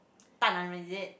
大男人 is it